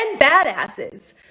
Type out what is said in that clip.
badasses